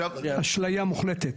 אשליה מוחלטת.